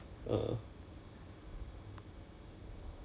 ya because Sung Mi 也是 also the same she she